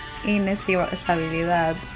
Inestabilidad